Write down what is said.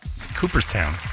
Cooperstown